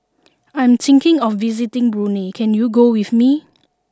I am thinking of visiting Brunei can you go with me